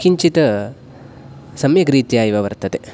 किञ्चित् सम्यग्रीत्या एव वर्तेते